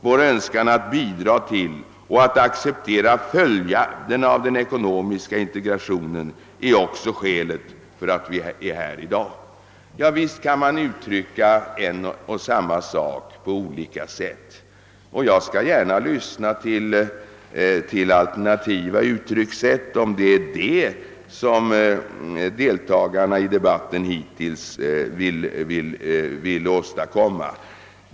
Vår önskan att bidraga till och att acceptera följderna av den ekonomiska integrationen är också skälet till att vi är här i dag.» Visst kan man uttrycka en och samma sak på olika sätt, och jag skall gärna lyssna på alternativa uttryckssätt, om det är det som deltagarna i debatten vill åstadkomma.